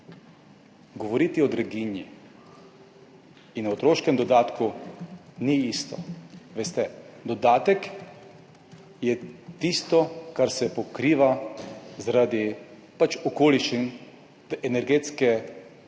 Govoriti o draginji in o otroškem dodatku ni isto. Veste, dodatek je tisto, kar se pokriva zaradi okoliščin te energetske in